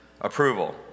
approval